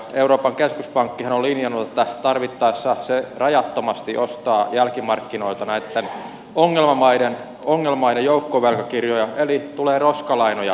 euroopan keskuspankkihan on linjannut että tarvittaessa se rajattomasti ostaa jälkimarkkinoilta näitten ongelmamaiden joukkovelkakirjoja eli tulee roskalainoja taseeseen